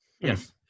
Yes